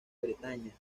bretaña